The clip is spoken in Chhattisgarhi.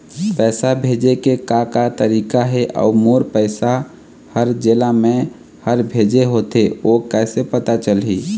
पैसा भेजे के का का तरीका हे अऊ मोर पैसा हर जेला मैं हर भेजे होथे ओ कैसे पता चलही?